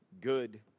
good